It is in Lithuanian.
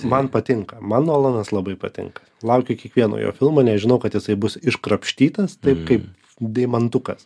man patinka man nuolanas labai patinka laukiu kiekvieno jo filmo nes žinau kad jisai bus iškrapštytas taip kaip deimantukas